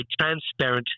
transparent